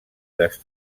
les